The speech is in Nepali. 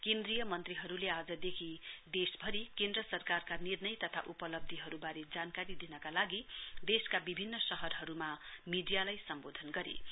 केन्द्रीय मन्त्रीहरूले आजदेखि देशभरि केन्द्र सरकारका निर्णय तथा उपलब्धीहरूवारे जानकारी दिनका लागि देशका विभिन्न शहरहरूमा मीडियालाई सम्बोधन गरिरहेछन्